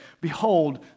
Behold